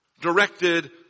Directed